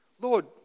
Lord